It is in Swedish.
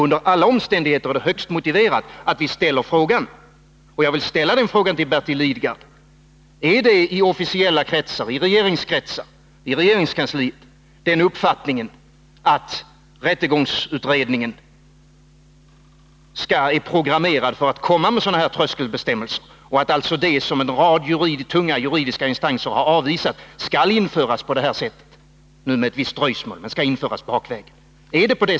Under alla omständigheter är det högst motiverat att ställa frågan, och jag vill ställa den till Bertil Lidgard: Är uppfattningen i officiella kretsar i regeringskansliet den att rättegångsutredningen är programmerad för att komma med sådana här tröskelbestämmelser? Skall alltså det, som en rad tunga juridiska instanser har avvisat, med ett visst dröjsmål på det här sättet införas bakvägen?